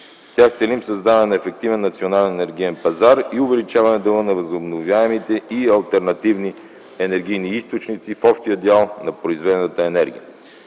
С тях целим създаване на ефективен национален енергиен пазар и увеличаване дела на възобновяемите и алтернативни енергийни източници в общия дял на произведената енергия.